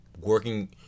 working